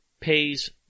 pays